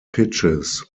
pitches